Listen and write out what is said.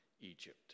Egypt